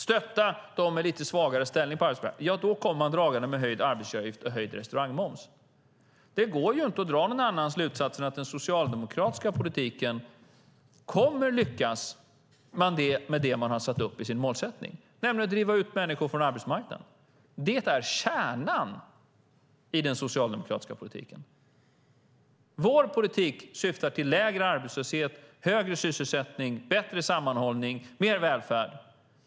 Stötta dem med lite svagare ställning på arbetsmarknaden. Ja, då kommer man dragande med höjd arbetsgivaravgift och höjd restaurangmoms. Det går inte att dra någon annan slutsats än att den socialdemokratiska politiken kommer att lyckas med det man har satt upp i sin målsättning, nämligen att driva ut människor från arbetsmarknaden. Det är kärnan i den socialdemokratiska politiken. Vår politik syftar till lägre arbetslöshet, högre sysselsättning, bättre sammanhållning och mer välfärd.